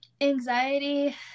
anxiety